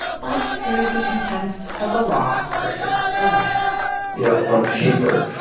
but there is the intent of a law versus the letter you know, on paper,